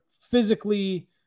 physically